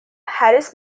harris